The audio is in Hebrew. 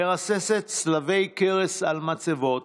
מרססת צלבי קרס על מצבות